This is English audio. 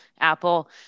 Apple